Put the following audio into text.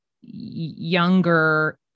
younger